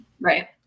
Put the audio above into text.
right